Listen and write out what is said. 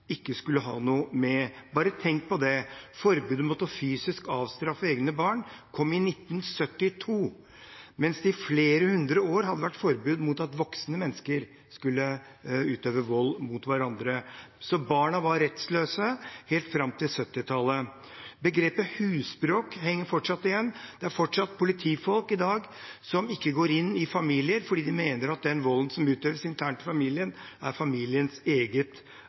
ikke skulle ha noe med. Bare tenk på det: Forbudet mot fysisk avstraffelse av egne barn kom i 1972, mens det i flere hundre år hadde vært forbud mot at voksne mennesker skulle utøve vold mot hverandre. Barna var rettsløse helt fram til 1970-tallet. Begrepet «husbråk» henger fortsatt igjen. Det er fortsatt politifolk i dag som ikke går inn i familier, fordi de mener at den volden som utøves internt i en familie, er familiens eget